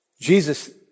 Jesus